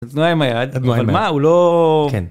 אמא אמא אמא אמא הוא לא.